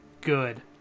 good